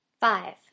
Five